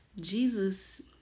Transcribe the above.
Jesus